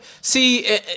See